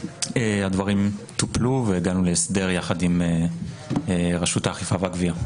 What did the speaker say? הדברים טופלו והגענו להסדר עם רשות האכיפה והגבייה.